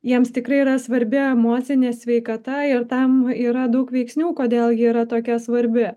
jiems tikrai yra svarbi emocinė sveikata ir tam yra daug veiksnių kodėl ji yra tokia svarbi